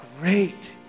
great